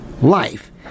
life